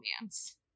romance